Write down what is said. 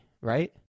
right